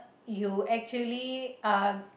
you actually are